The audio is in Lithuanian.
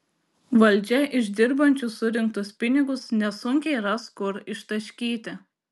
valdžia iš dirbančių surinktus pinigus nesunkiai ras kur ištaškyti